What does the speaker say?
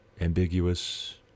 ambiguous